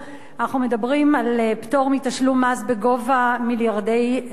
אנחנו מדברים על פטור מתשלום מס בגובה מיליארדי שקלים,